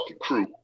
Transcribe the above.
crew